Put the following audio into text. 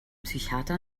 psychiater